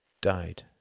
died